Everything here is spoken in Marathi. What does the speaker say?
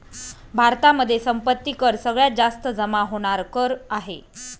भारतामध्ये संपत्ती कर सगळ्यात जास्त जमा होणार कर आहे